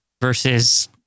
versus